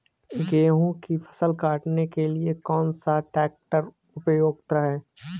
गेहूँ की फसल काटने के लिए कौन सा ट्रैक्टर उपयुक्त है?